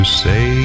say